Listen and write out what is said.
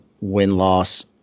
win-loss